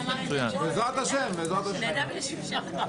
בעזרתם השם, בעזרת השם.